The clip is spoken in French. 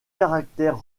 caractère